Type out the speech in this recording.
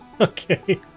okay